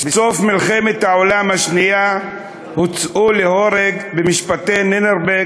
בסוף מלחמת העולם השנייה הוצאו להורג במשפטי נירנברג